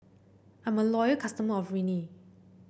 I'm a loyal customer of Rene